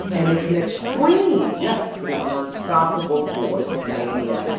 and it's an extreme yeah it is an unstoppable force, mania,